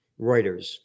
Reuters